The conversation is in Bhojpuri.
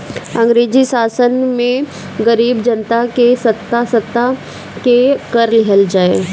अंग्रेजी शासन में गरीब जनता के सता सता के कर लिहल जाए